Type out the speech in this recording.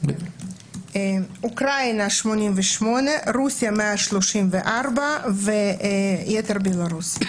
אוקראינה 88, רוסיה 134 והיתר בלרוס.